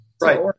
Right